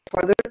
further